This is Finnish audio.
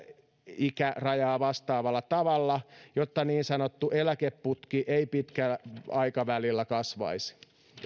yläikärajaa vastaavalla tavalla jotta niin sanottu eläkeputki ei pitkällä aikavälillä kasvaisi